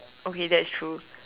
okay that's true